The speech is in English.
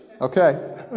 Okay